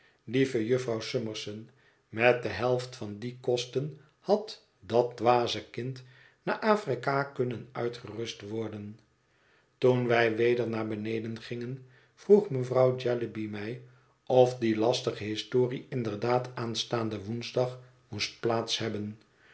lieve jufvrouw summerson met de helft van die kosten had dat dwaze kind naar afrika kunnen uitgerust worden toen wij weder naar beneden gingen vroeg mevrouw jellyby mij of die lastige historie inderdaad aanstaanden woensdag moest plaats hebben